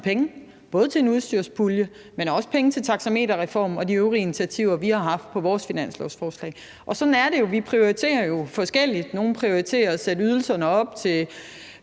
penge både til en udstyrspulje, men også til taxameterreformen og de øvrige initiativer, vi har haft i vores finanslovsforslag. Og sådan er det jo: Vi prioriterer forskelligt. Nogle prioriterer at sætte ydelserne op til